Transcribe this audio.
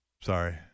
sorry